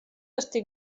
estic